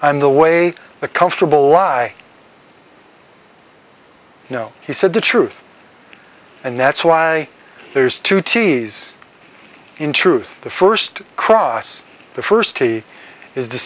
i'm the way the comfortable life i know he said the truth and that's why there's two t's in truth the first cross the first he is the